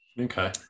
Okay